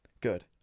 good